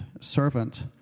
servant